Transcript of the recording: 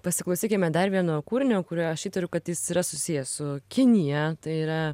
pasiklausykime dar vieno kūrinio kuriuo aš įtariu kad jis yra susijęs su kinija tai yra